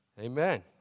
Amen